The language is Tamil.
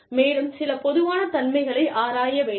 மேலும் சில பொதுவான தன்மைகளை ஆராய வேண்டும்